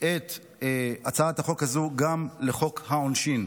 את הצעת החוק הזו גם לחוק העונשין.